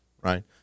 right